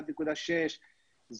1.6,